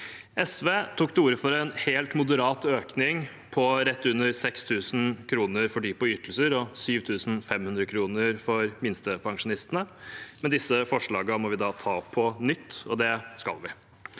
SV tok til orde for en helt moderat økning på rett under 6 000 kr for dem på ytelser og 7 500 kr for minstepensjonistene. Disse forslagene må vi da ta opp på nytt, og det skal vi.